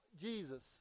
Jesus